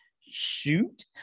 shoot